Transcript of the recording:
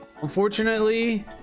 Unfortunately